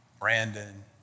Brandon